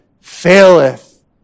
faileth